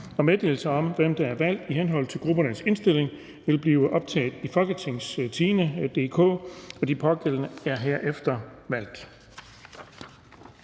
Meddelelse om, hvem der er valgt i henhold til gruppernes indstilling, vil blive optaget i www.folketingstidende.dk (jf. ovenfor). De pågældende er herefter valgt.